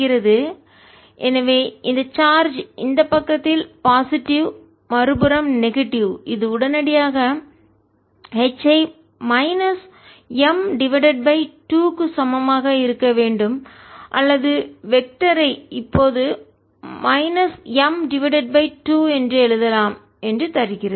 HMcosϕ δs RH0Hinside M2B 0H M 0M2 எனவே இந்த charge இந்த பக்கத்தில் பாசிட்டிவ் நேர்மறை யானது மறுபுறம் நெகட்டிவ் எதிர்மறை யானது இது உடனடியாக H ஐ மைனஸ் M டிவைடட் பை 2 க்கு சமமாக இருக்க வேண்டும் அல்லது வெக்டரை இப்போது மைனஸ் M டிவைடட் பை 2 என்று எழுதலாம் என்று தருகிறது